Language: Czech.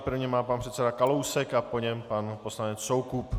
První má pan předseda Kalousek a po něm pan poslanec Soukup.